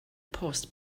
post